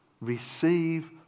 Receive